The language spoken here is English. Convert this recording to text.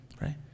right